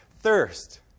Thirst